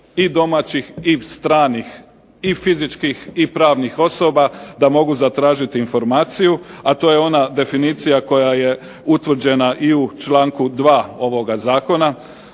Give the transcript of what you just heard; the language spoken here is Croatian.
i domaćih i stranih, i fizičkih i pravnih osoba, da mogu zatražit informaciju, a to je ona definicija koja je utvrđena i u članku 2. ovoga zakona.